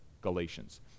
Galatians